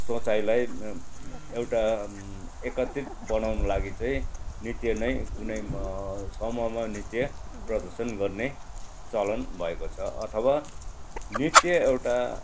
सोचाइलाई एउटा एकत्रित बनाउनुको लागि चाहिँ नृत्य नै कुनै समूहमा नित्य प्रदर्शन गर्ने चलन भएको छ अथवा नृत्य एउटा